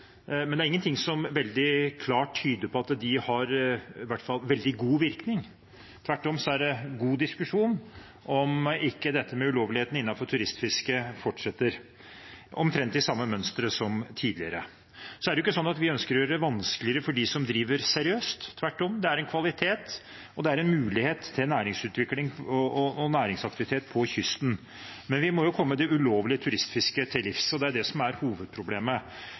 men det er ingenting som veldig klart tyder på at de har veldig god virkning, i hvert fall. Tvert om er det god diskusjon om ikke dette med ulovligheten innenfor turistfisket fortsetter omtrent i samme mønster som tidligere. Vi ønsker jo ikke å gjøre det vanskeligere for dem som driver seriøst – tvert om – det er en kvalitet, og det er en mulighet til næringsutvikling og næringsaktivitet langs kysten. Men vi må komme det ulovlige turistfisket til livs, og det er det som er hovedproblemet.